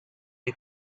you